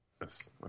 Yes